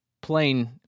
plain